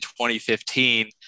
2015